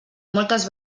moltes